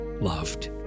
loved